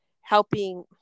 helping